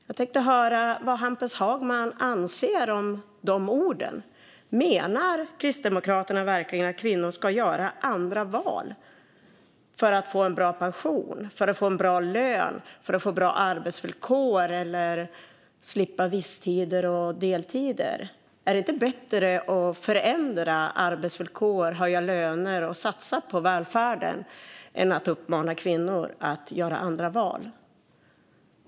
Jag tänkte höra vad Hampus Hagman anser om de orden. Menar Kristdemokraterna verkligen att kvinnor ska göra andra val för att få en bra pension, en bra lön och bra arbetsvillkor och för att slippa visstider och deltider? Är det inte bättre att förändra arbetsvillkor, höja löner och satsa på välfärden än att uppmana kvinnor att göra andra val?